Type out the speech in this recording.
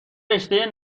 رشتهء